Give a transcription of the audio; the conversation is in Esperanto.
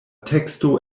teksto